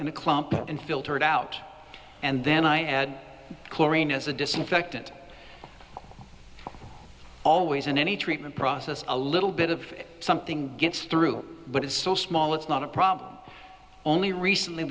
a clump and filter it out and then i add chlorine as a disinfectant always in any treatment process a little bit of something gets through but it's so small it's not a problem only recently